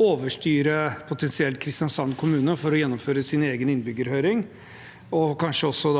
overstyre Kristiansand kommune for å gjennomføre sin egen innbyggerhøring, og kanskje også